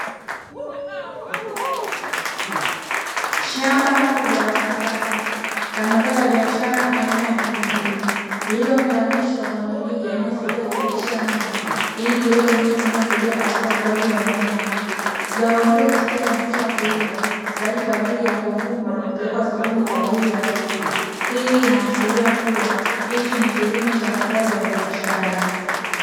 Shamba kubwa la kisasa, la mazao ya biashara aina ya pilipili, lililounganishwa kwa mirija inayosaidia kupitisha maji ili kuleta unyevu unaosaidia katika ukuaji wa mimea hiyo. Zao hilo tayari limekwishakuiva tayari, kwa ajili ya kuvunwa na kupelekwa sokoni kwa ajili ya kuuzwa. Hii inaashiria kuwa hichi ni kilimo cha mazao ya biashara.